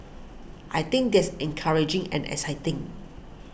I think that's encouraging and exciting